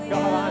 God